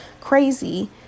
crazy